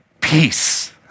peace